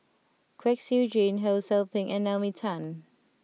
Kwek Siew Jin Ho Sou Ping and Naomi Tan